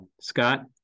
Scott